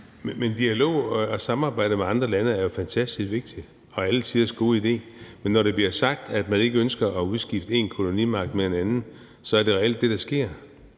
Dialog og samarbejde med andre lande er jo fantastisk vigtigt og alle tiders gode idé, men når der bliver sagt, at man ikke ønsker at udskifte én kolonimagt med en anden, så er det reelt det, der sker.